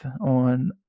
on